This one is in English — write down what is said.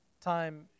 Time